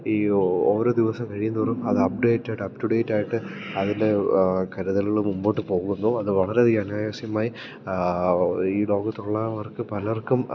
ഈ ഓരോ ദിവസം കഴിയുംതോറും അത് അപ്ഡേറ്റഡ് അപ്പ് റ്റു ഡേറ്റ് ആയിട്ട് അതിൻ്റെ കരുതലുകൾ മുമ്പോട്ട് പോകുന്നു അത് വളരെയധിക അനായാസമായി ഈ ലോകത്തുള്ളവർക്ക് പലർക്കും